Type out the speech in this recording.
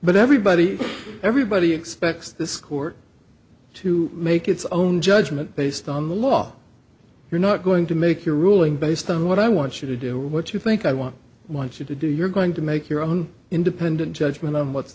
but everybody everybody expects this court to make its own judgment based on the law you're not going to make your ruling based on what i want you to do what you think i want i want you to do you're going to make your own independent judgment on what